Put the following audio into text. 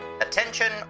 Attention